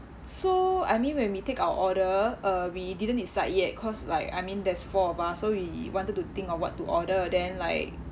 so I mean when we take our order uh we didn't decide yet cause like I mean there's four of us so we wanted to think of what to order then like